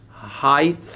height